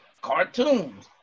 cartoons